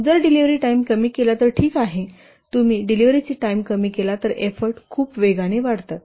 तर जर delivery time कमी केला तर ठीक आहे जर तुम्ही डिलिव्हरीची टाइम कमी केली तर एफ्फोर्ट खूप वेगाने वाढतात